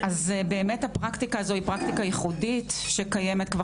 באמת הפרקטיקה הזו היא פרקטיקה ייחודית שקיימת כבר